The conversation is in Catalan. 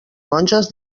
monges